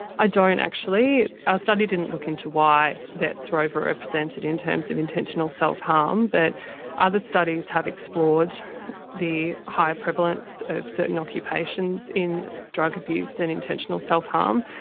i don't actually. our study didn't look into why vets were overrepresented in terms of intentional self-harm. but other studies have explored the higher prevalence of certain occupations in drug abuse and intentional self-harm,